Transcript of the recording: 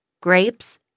grapes